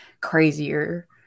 crazier